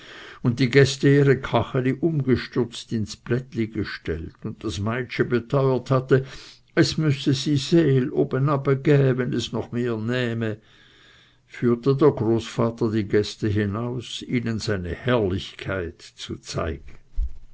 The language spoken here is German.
und die gäste ihre kacheli umgestürzt ins plättli gestellt und das meitschi beteuert hatte es müeßt sy s l oben ab gäh wenn es noch mehr nähme führte der großvater die gäste hinaus ihnen seine herrlichkeit zu zeigen